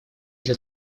для